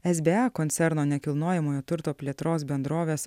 sba koncerno nekilnojamojo turto plėtros bendrovės